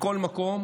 בכל מקום